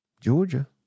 georgia